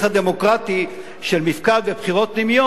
הדמוקרטי של מפקד ובחירות פנימיות,